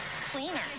cleaner